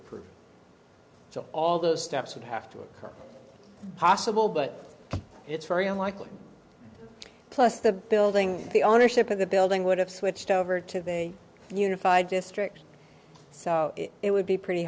approve all those steps would have to occur possible but it's very unlikely plus the building the ownership of the building would have switched over to the unified district so it would be pretty